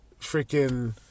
freaking